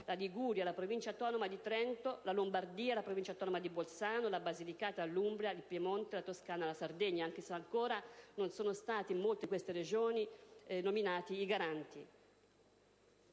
la Liguria, la Provincia autonoma di Trento, la Lombardia, la Provincia autonoma di Bolzano, la Basilicata, l'Umbria, il Piemonte, la Toscana, la Sardegna, anche se ancora in molte di esse non sono ancora stati nominati i Garanti.